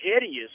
hideous